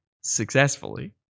successfully